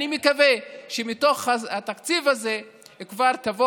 אני מקווה שמתוך התקציב הזה כבר תבוא